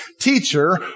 Teacher